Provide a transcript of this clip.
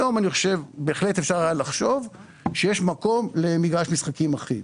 היום אני חושב שבהחלט היה אפשר לחשוב יש מקום למגרש משחקים אחיד.